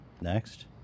next